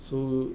so